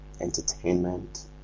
Entertainment